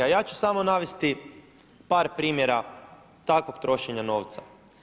A ja ću samo navesti par primjera takvog trošenja novca.